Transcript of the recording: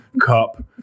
cup